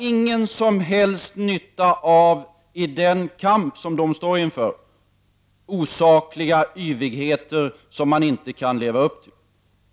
De där borta har i den kamp som de står inför ingen som helst nytta av osakliga yvigheter som man inte kan leva upp till.